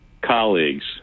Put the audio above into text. colleagues